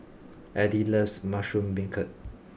Edith loves Mushroom Beancurd